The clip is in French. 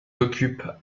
occupent